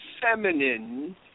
feminine